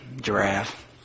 Giraffe